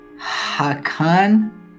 Hakan